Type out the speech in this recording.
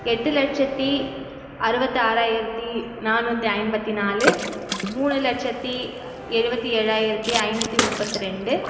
எட்டு லட்சத்து அறுபத்தி ஆறாயிரத்து நானூற்றி ஐம்பத்து நாலு மூணு லட்சத்து எழுபத்தி ஏழாயிரத்து ஐநூற்றி முப்பத்து ரெண்டு